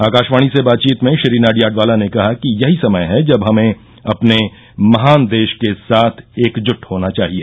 आकाशवाणी से बातचीत में श्री नाडियाडवाला ने कहा कि यही समय है जब हमें अपने महान देश के साथ एकजुट होना चाहिए